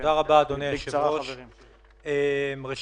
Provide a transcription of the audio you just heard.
איפה כל